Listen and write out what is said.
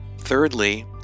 Thirdly